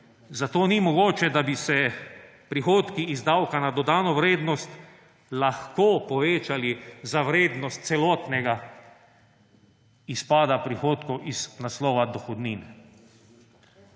Zato ni mogoče, da bi se prihodki iz davka na dodano vrednost lahko povečali za vrednost celotnega izpada prihodkov iz naslova dohodnin.